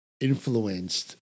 influenced